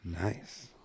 nice